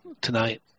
tonight